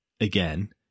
again